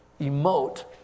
emote